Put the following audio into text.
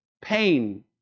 pain